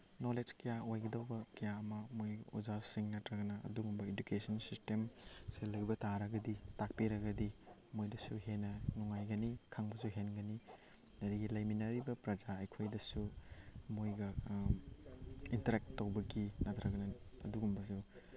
knowledge ꯀꯌꯥ ꯑꯣꯏꯒꯗꯕ ꯀꯌꯥ ꯑꯃ ꯃꯣꯏ ꯑꯣꯖꯥꯁꯤꯡ ꯅꯠꯇ꯭ꯔꯒꯅ ꯑꯗꯨꯒꯨꯝꯕ ꯏꯗꯨꯀꯦꯁꯟ ꯁꯤꯁꯇꯦꯝꯁꯦ ꯂꯩꯕ ꯇꯥꯔꯒꯗꯤ ꯇꯥꯛꯄꯤꯔꯒꯗꯤ ꯃꯣꯏꯗꯁꯨ ꯍꯦꯟꯅ ꯅꯨꯡꯉꯥꯏꯒꯅꯤ ꯈꯪꯕꯁꯨ ꯍꯦꯟꯒꯅꯤ ꯑꯗꯒꯤ ꯂꯩꯃꯤꯟꯅꯔꯤꯕ ꯄ꯭ꯔꯖꯥ ꯑꯩꯈꯣꯏꯗꯁꯨ ꯃꯣꯏꯒ ꯏꯟꯇꯔꯦꯛ ꯇꯧꯕꯒꯤ ꯅꯠꯇ꯭ꯔꯒꯅ ꯑꯗꯨꯒꯨꯝꯕꯁꯨ